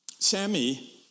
Sammy